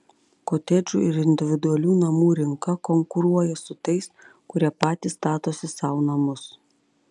kotedžų ir individualių namų rinka konkuruoja su tais kurie patys statosi sau namus